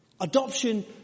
Adoption